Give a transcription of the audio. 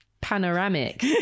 panoramic